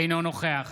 אינו נוכח